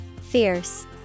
Fierce